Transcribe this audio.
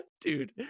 dude